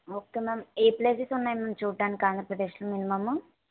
okay ma'am ఏ places ఉన్నాయి ma'am చూడ్డానికి ఆంధ్ర ప్రదేశ్లో మినిమము